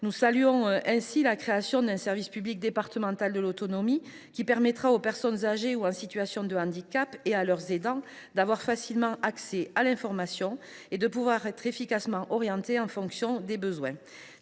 Nous saluons ainsi la création d’un service public départemental de l’autonomie (SPDA), qui permettra aux personnes âgées ou en situation de handicap et à leurs aidants d’avoir facilement accès à l’information et d’être efficacement orientées en fonction des besoins.